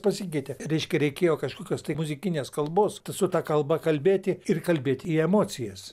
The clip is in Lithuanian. pasikeitė reiškia reikėjo kažkokios tai muzikinės kalbos su ta kalba kalbėti ir kalbėt į emocijas